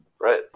right